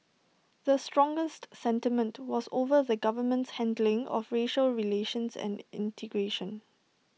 the strongest sentiment was over the government's handling of racial relations and integration